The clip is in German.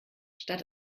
statt